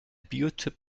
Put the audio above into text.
biochip